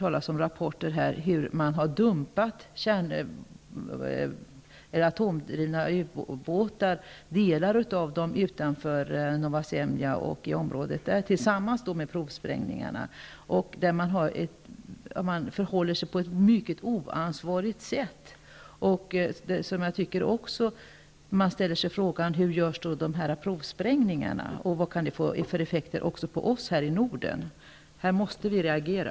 Nu har vi hört rapporter om hur delar av atomdrivna ubåtar har dumpats utanför Novaja Semlja och om nya provsprängningar. Det här är ett oansvarigt förhållningssätt. Hur sker dessa provsprängningar? Vad kan de få för effekter på oss i Norden? Här måste vi reagera.